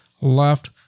Left